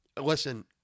listen